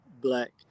black